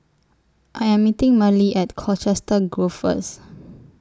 I Am meeting Merle At Colchester Grove First